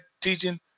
teaching